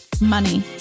money